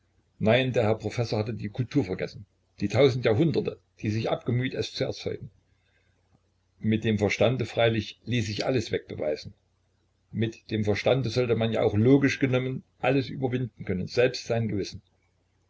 nein der herr professor hatte die kultur vergessen die tausend jahrhunderte die sich abgemüht es zu erzeugen mit dem verstande freilich ließ sich alles wegbeweisen mit dem verstande sollte man ja auch logisch genommen alles überwinden können selbst ein gewissen